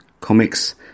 comics